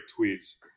tweets